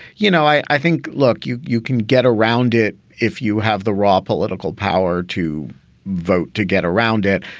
you know, i think, look, you you can get around it if you have the raw political power to vote to get around it.